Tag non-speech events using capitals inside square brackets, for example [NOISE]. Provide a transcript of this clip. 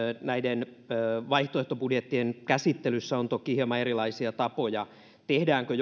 näiden vaihtoehtobudjettien käsittelyssä on toki hieman erilaisia tapoja siinä tehdäänkö [UNINTELLIGIBLE]